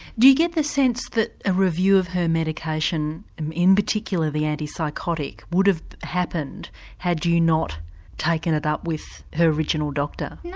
do you get the sense that a review of her medication in in particular the antipsychotic would have happened had you not taken it up with her original doctor. yeah